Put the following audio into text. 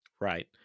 right